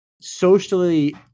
socially